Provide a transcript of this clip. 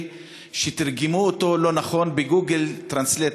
שתרגמו אותו לא נכון ב-Google Translate.